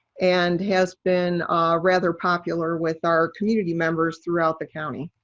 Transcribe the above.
and has been rather popular with our community members throughout the county.